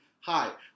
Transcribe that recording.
Hi